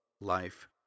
life